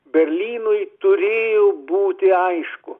berlynui turėjo būti aišku